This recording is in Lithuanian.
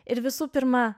ir visų pirma